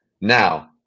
Now